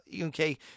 okay